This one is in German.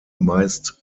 meist